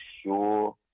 sure